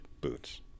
boots